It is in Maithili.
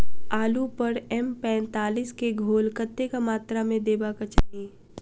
आलु पर एम पैंतालीस केँ घोल कतेक मात्रा मे देबाक चाहि?